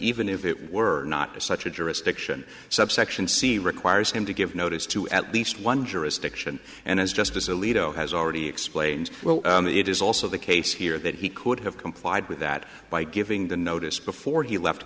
even if it were not to such a jurisdiction subsection c requires him to give notice to at least one jurisdiction and as justice alito has already explained well it is also the case here that he could have complied with that by giving the notice before he left